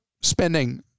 spending